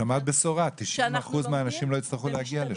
שמעת בשורה, 90% מהאנשים לא יצטרכו להגיע לשם.